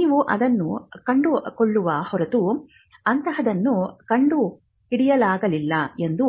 ನೀವು ಅದನ್ನು ಕಂಡುಕೊಳ್ಳದ ಹೊರತು ಅಂತಹದನ್ನು ಕಂಡುಹಿಡಿಯಲಾಗಲಿಲ್ಲ ಎಂದು